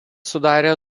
sudarė